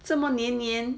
这么黏黏